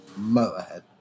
Motorhead